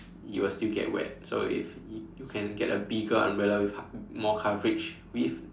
you will still get wet so if y~ you can get a bigger umbrella with more coverage with